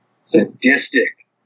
Sadistic